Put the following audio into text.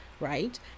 right